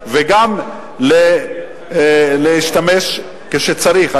וגם להשתמש כשצריך.